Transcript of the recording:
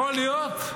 יכול להיות?